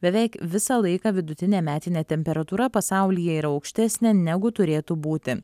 beveik visą laiką vidutinė metinė temperatūra pasaulyje yra aukštesnė negu turėtų būti